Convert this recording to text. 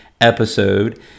episode